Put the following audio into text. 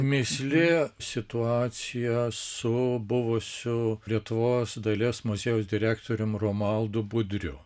mįslė situacija su buvusiu lietuvos dailės muziejaus direktorium romualdu budriu